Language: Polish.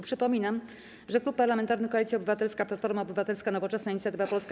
Przypominam, że Klub Parlamentarny Koalicja Obywatelska - Platforma Obywatelska, Nowoczesna, Inicjatywa Polska,